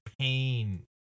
pain